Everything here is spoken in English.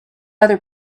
other